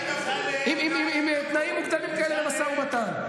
עם תנאים מוקדמים כאלה למשא ומתן.